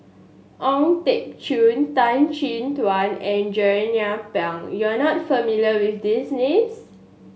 Ong Teng Cheong Tan Chin Tuan and Jernnine Pang you are not familiar with these names